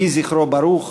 יהי זכרו ברוך.